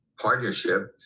partnership